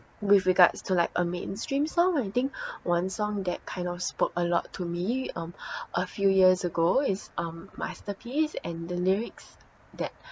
with regards to like a mainstream song I think one song that kind of spoke a lot to me um a few years ago is um masterpiece and the lyrics that